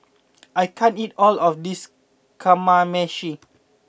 I can't eat all of this Kamameshi